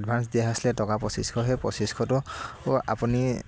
advance দিয়া হৈছিলে টকা পঁচিছশ সেই পঁচিশটো আপুনি